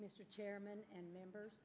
mr chairman and members